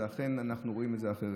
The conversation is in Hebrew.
ולכן אנחנו רואים את זה אחרת.